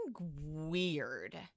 weird